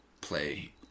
play